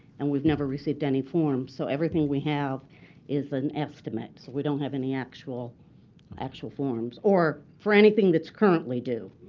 and we've never received any form. so everything we have is an estimate. so we don't have any actual actual forms or for anything that's currently due.